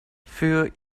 für